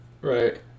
Right